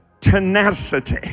tenacity